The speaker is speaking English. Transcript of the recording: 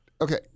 Okay